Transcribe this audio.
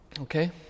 Okay